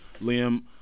Liam